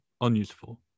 unuseful